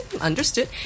understood